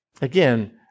again